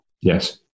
Yes